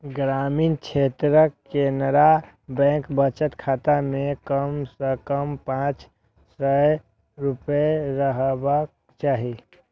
ग्रामीण क्षेत्रक केनरा बैंक बचत खाता मे कम सं कम पांच सय रुपैया रहबाक चाही